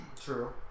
True